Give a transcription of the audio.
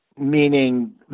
meaning